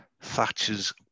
Thatcher's